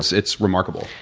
it's it's remarkable.